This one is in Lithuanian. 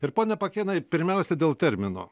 ir pone pakėnai pirmiausia dėl termino